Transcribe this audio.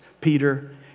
Peter